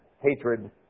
hatred